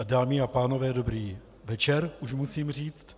Dámy a pánové, dobrý večer, už musím říci.